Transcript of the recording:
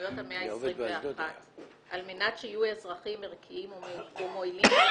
מיומנויות המאה ה-21 על מנת שיהיו אזרחים ערכיים ומועילים.